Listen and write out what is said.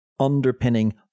underpinning